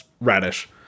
radish